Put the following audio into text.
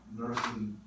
nursing